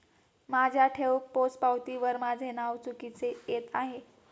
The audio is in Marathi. माझ्या ठेव पोचपावतीवर माझे नाव चुकीचे येत आहे